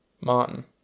Martin